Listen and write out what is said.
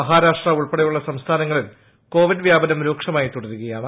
മഹാരാഷ്ട്ര ഉൾപ്പെടെയുള്ള സംസ്ഥാനങ്ങ ളിൽ കോവിഡ് വ്യാപനം രൂക്ഷമായി തുടരുകയാണ്